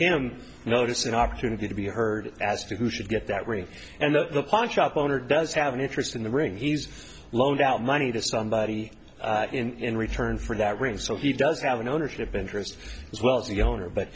him notice an opportunity to be heard as to who should get that ring and that the pawn shop owner does have an interest in the ring he's loaned out money to somebody in return for that ring so he does have an ownership interest as well as the owner but